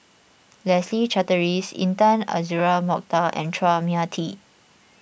Leslie Charteris Intan Azura Mokhtar and Chua Mia Tee